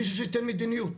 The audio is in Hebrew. מישהו שייתן מדיניות,